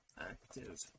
active